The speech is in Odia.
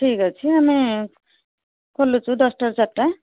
ଠିକ୍ ଅଛି ଆମେ ଖୋଲୁଛୁ ଦଶଟାରୁ ଚାରିଟା